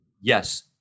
yes